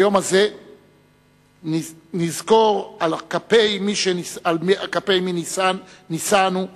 ביום הזה נזכור על כפי מי נישאנו,